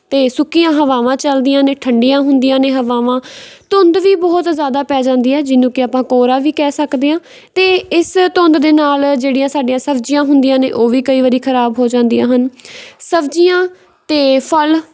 ਅਤੇ ਸੁੱਕੀਆਂ ਹਵਾਵਾਂ ਚੱਲਦੀਆਂ ਨੇ ਠੰਡੀਆਂ ਹੁੰਦੀਆਂ ਨੇ ਹਵਾਵਾਂ ਧੁੰਦ ਵੀ ਬਹੁਤ ਜ਼ਿਆਦਾ ਪੈ ਜਾਂਦੀ ਹੈ ਜਿਹਨੂੰ ਕਿ ਆਪਾਂ ਕੋਹਰਾ ਵੀ ਕਹਿ ਸਕਦੇ ਹਾਂ ਅਤੇ ਇਸ ਧੁੰਦ ਦੇ ਨਾਲ ਜਿਹੜੀਆਂ ਸਾਡੀਆਂ ਸਬਜ਼ੀਆਂ ਹੁੰਦੀਆਂ ਨੇ ਉਹ ਵੀ ਕਈ ਵਾਰੀ ਖਰਾਬ ਹੋ ਜਾਂਦੀਆਂ ਹਨ ਸਬਜ਼ੀਆਂ ਤੇ ਫਲ